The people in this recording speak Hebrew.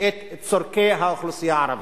את צורכי האוכלוסייה הערבית.